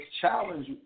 challenge